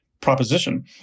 Proposition